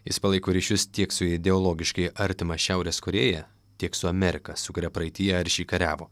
jis palaiko ryšius tiek su ideologiškai artima šiaurės korėja tiek su amerika su kuria praeityje aršiai kariavo